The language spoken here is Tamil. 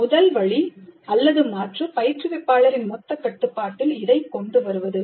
முதல் வழி மாற்று பயிற்றுவிப்பாளரின் மொத்த கட்டுப்பாட்டில் இதை கொண்டு வருவது